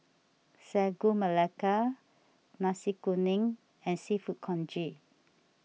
Sagu Melaka Nasi Kuning and Seafood Congee